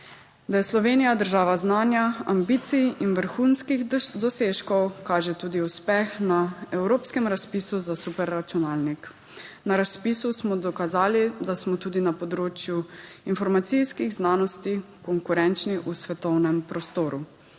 Da je Slovenija država znanja, ambicij in vrhunskih dosežkov, kaže tudi uspeh na evropskem razpisu za super računalnik. Na razpisu smo dokazali, da smo tudi na področju informacijskih znanosti konkurenčni v svetovnem prostoru.